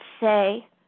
say